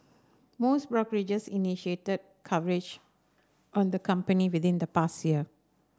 most brokerages initiated coverage on the company within the past year